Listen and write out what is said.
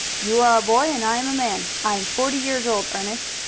you are a boy and i am a man. i'm forty years old, ernest.